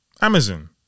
Amazon